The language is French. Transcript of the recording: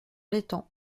l’étang